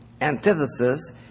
Antithesis